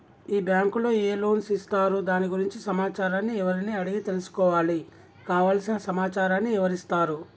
ఈ బ్యాంకులో ఏ లోన్స్ ఇస్తారు దాని గురించి సమాచారాన్ని ఎవరిని అడిగి తెలుసుకోవాలి? కావలసిన సమాచారాన్ని ఎవరిస్తారు?